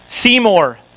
Seymour